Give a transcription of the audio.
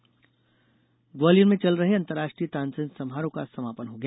तानसेन समारोह ग्वालियर में चल रहे अंतराष्ट्रीय तानसेन सामारोह का समापन हो गया